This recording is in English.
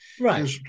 Right